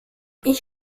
ich